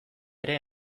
ere